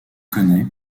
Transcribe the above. connaît